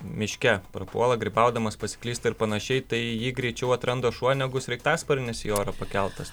miške prapuola grybaudamas pasiklysta ir pan tai jį greičiau atranda šuo negu sraigtasparnis į orą pakeltas